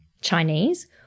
Chinese